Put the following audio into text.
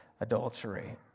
adultery